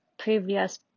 previous